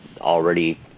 already